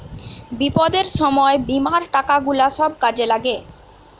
বিপদের সময় বীমার টাকা গুলা সব কাজে লাগে